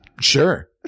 Sure